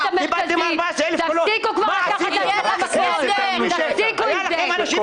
תפסיקו עם זה.